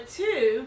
two